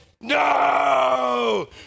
no